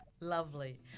Lovely